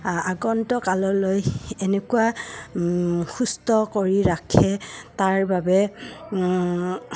আ আগন্ত কাললৈ এনেকুৱা সুস্থ কৰি ৰাখে তাৰ বাবে